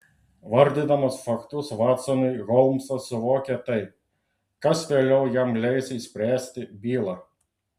vardydamas faktus vatsonui holmsas suvokia tai kas vėliau jam leis išspręsti bylą